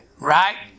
right